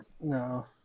No